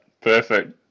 perfect